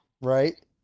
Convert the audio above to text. Right